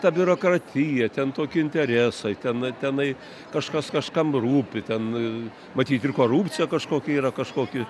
ta biurokratija ten tokie interesai ten tenai kažkas kažkam rūpi ten matyt ir korupcija kažkokia yra kažkoki